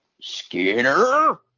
Skinner